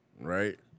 right